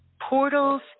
Portals